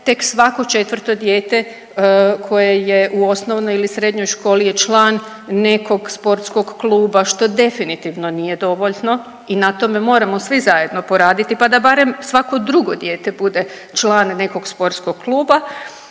Tek svako četvrto dijete koje je u osnovnoj ili srednjoj školi je član nekog sportskog kluba što definitivno nije dovoljno i na tome moramo svi zajedno poraditi pa da barem svako drugo dijete bude član nekog sportskog kluba.